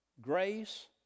grace